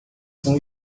são